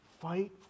fight